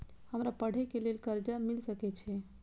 हमरा पढ़े के लेल कर्जा मिल सके छे?